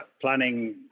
planning